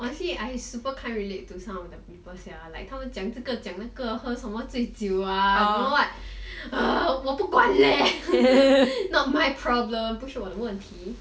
honestly I super can't relate to some of the people sia 他们讲这个讲那个喝什么醉酒啊 err don't know what 我不管 leh not my problem 不是我的问题